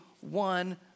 one